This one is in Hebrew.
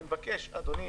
אדוני,